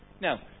Now